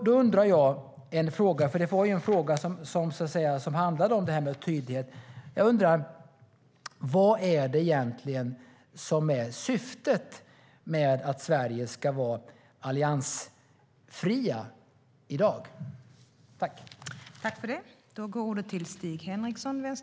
Då undrar jag: Vad är det egentligen som är syftet med att Sverige ska vara alliansfritt i dag?